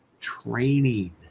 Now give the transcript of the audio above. training